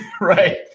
Right